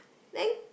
then